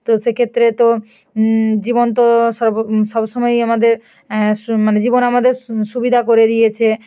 তো সেক্ষেত্রে তো জীবন তো সব সময়ই আমাদের মানে জীবন আমাদের সুবিধা করে দিয়েছে